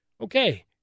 okay